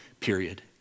Period